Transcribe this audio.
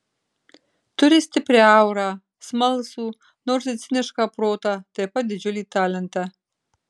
turi stiprią aurą smalsų nors ir cinišką protą taip pat didžiulį talentą